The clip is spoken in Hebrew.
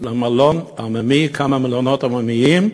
מלון עממי או כמה מלונות עממיים.